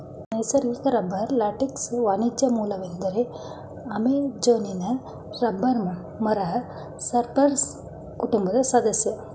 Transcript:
ನೈಸರ್ಗಿಕ ರಬ್ಬರ್ ಲ್ಯಾಟೆಕ್ಸ್ನ ವಾಣಿಜ್ಯ ಮೂಲವೆಂದರೆ ಅಮೆಜೋನಿಯನ್ ರಬ್ಬರ್ ಮರ ಸ್ಪರ್ಜ್ ಕುಟುಂಬದ ಸದಸ್ಯ